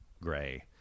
gray